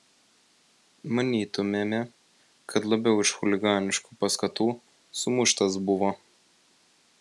manytumėme kad labiau iš chuliganiškų paskatų sumuštas buvo